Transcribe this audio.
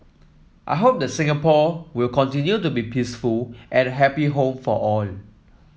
I hope the Singapore will continue to be peaceful and happy home for all